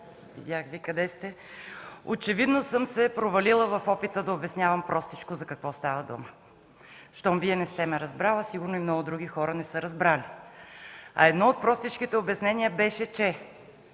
колега, очевидно съм се провалила в опита да обяснявам простичко за какво става дума. Щом Вие не сте ме разбрали, сигурно и много други хора не са разбрали. Едно от простичките обяснения беше, че